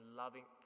loving